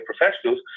professionals